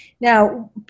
Now